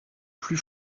plus